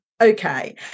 okay